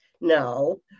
No